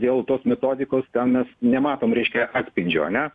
dėl tos metodikos ten mes nematom reiškia atspindžio ane